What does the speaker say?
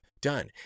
done